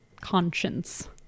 conscience